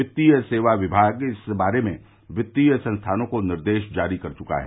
वित्तीय सेवा विभाग इस बारे में वित्तीय संस्थानों को निर्देश जारी कर चुका है